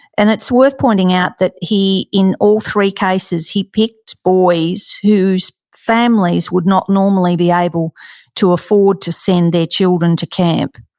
and it's worth pointing out that he, in all three cases, he picked boys whose families families would not normally be able to afford to send their children to camp.